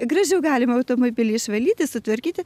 gražiau galima automobilį išvalyti sutvarkyti